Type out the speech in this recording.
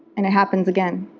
and it happens again.